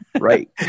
right